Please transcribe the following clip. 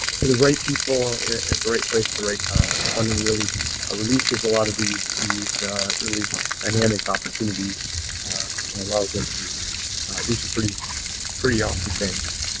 to the right people at the right place at the right time. funding really ah releases a lot of these these really dynamic opportunities and allows us to do some pretty pretty awesome things.